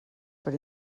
per